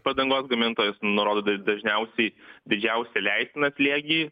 padangos gamintojas nurodo dažniausiai didžiausią leistiną slėgį